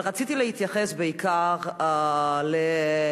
אבל רציתי להתייחס בעיקר למחאה